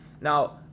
Now